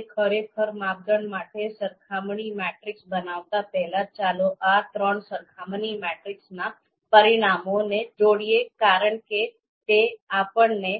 આપણે ખરેખર માપદંડ માટે સરખામણી મેટ્રિક્સ બનાવતા પહેલા ચાલો આ ત્રણ સરખામણી મેટ્રિક્સના પરિણામોને જોડીએ કારણ કે તે આપણે